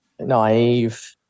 naive